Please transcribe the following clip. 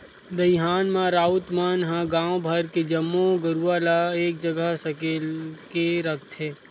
दईहान म राउत मन ह गांव भर के जम्मो गरूवा ल एक जगह सकेल के रखथे